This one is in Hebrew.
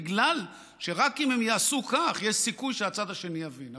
בגלל שרק אם הם יעשו כך יש סיכוי שהצד השני יבין.